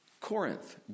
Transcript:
Corinth